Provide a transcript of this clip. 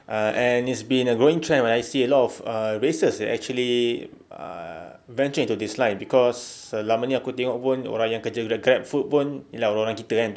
uh and it's been a growing trend ah I see a lot of uh races actually uh branching into this line cause selama ni aku tengok pun orang yang kerja grab food pun ye lah orang-orang kita kan betul tak